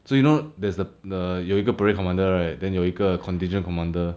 so you know there's the the 有一个 parade commander right then 有一个 contingent commander